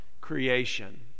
creation